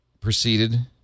proceeded